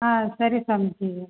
ಹಾಂ ಸರಿ ಸ್ವಾಮೀಜಿ